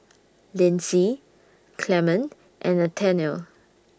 Lyndsey Clemente and Nathaniel